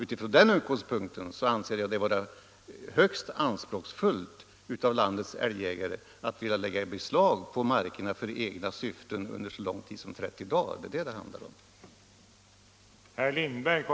Från denna utgångspunkt anser jag det vara högst anspråksfullt av landets älgjägare att vilja lägga beslag på markerna för egna syften under så lång tid som 30 dagar.